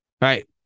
right